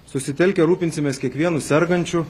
susitelkę rūpinsimės kiekvienu sergančiu